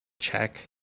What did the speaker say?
check